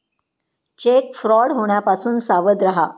check fraud होण्यापासून सावध रहा